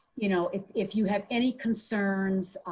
you know, if if you have any concerns,